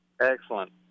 Excellent